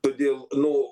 todėl nu